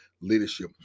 leadership